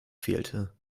fehlte